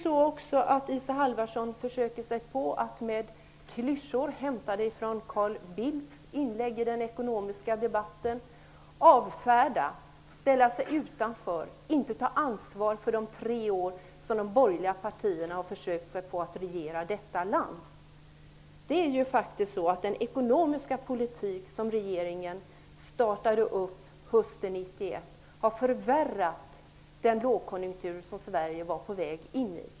Isa Halvarsson försöker sig på att med klyschor hämtade från Carl Bildts inlägg i den ekonomiska debatten avfärda, ställa sig utanför, inte ta ansvar för de tre år som de borgerliga partierna har försökt sig på att regera detta land. Den ekonomiska politik som regeringen började föra hösten 1991 har förvärrat den lågkonjunktur som Sverige var på väg in i.